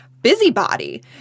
Busybody